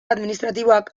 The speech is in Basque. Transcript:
administratiboak